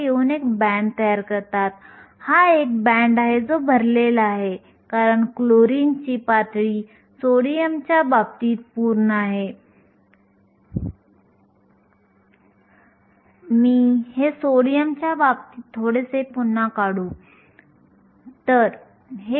म्हणून आपण पाहिले की वाहकता दोन पदांवर अवलंबून असते एक प्रमाण दुसरी गतिशीलता